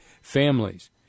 families